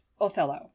Othello